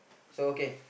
so okay